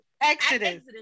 exodus